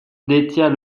détient